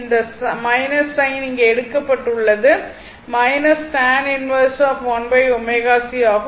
இந்த சைன் இங்கே எடுக்கப்பட்டுள்ளது tan 1 1 ω c ஆகும்